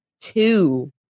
two